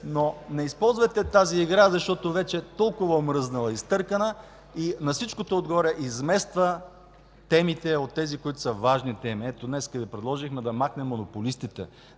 Но не използвайте тази игра, защото вече е толкова омръзнала и изтъркана, а на всичко отгоре измества темите от тези, които са важни. Ето, днес Ви предложихме да махнем монополистите,